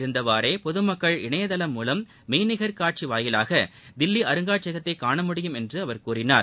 இருந்தபடியேபொதுமக்கள் வீட்டீல் இணையதளம் மூலம் மெய்நிகர் காட்சிவாயிலாகதில்லிஅருங்காட்சியகத்தைகாண முடியும் என்றுஅவர் கூறினார்